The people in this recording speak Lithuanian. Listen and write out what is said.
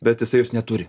bet jisai jos neturi